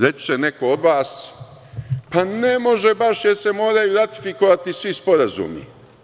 Reći će neko od vas – pa, ne može baš jer se moraju ratifikovati svi sporazumi.